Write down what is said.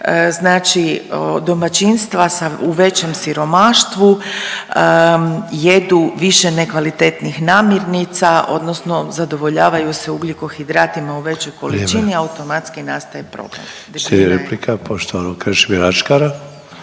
Znači domaćinstva sa, u većem siromaštvu jedu više nekvalitetnih namirnica odnosno zadovoljavaju se ugljikohidratima u većoj količini …/Upadica: Vrijeme./… automatski nastaje